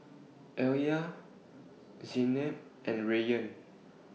Alya Zaynab and Rayyan